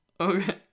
Okay